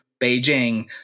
Beijing